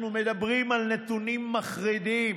אנחנו מדברים על נתונים מחרידים,